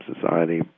society